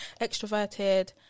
extroverted